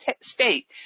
State